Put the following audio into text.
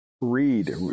Read